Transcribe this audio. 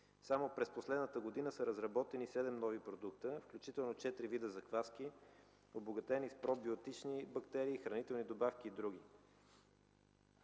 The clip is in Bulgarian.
Само през последната години са разработени седем нови продукта, включително четири вида закваски, обогатени с пробиотични бактерии, хранителни добавки и други.